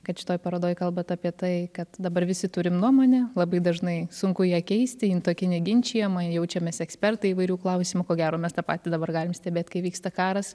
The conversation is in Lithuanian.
kad šitoj parodoj kalbat apie tai kad dabar visi turim nuomonę labai dažnai sunku ją keisti jin tokia neginčijama jaučiamės ekspertai įvairių klausimų ko gero mes tą patį dabar galim stebėt kai vyksta karas